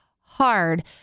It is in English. hard